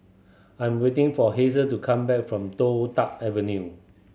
I'm waiting for Hazel to come back from Toh Tuck Avenue